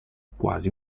quasi